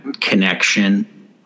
connection